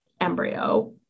embryo